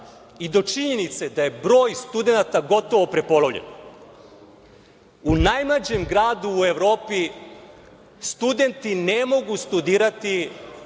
i do činjenice da je broj studenata gotovo prepolovljen.U najmlađem gradu u Evropi studenti ne mogu studirati